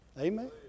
Amen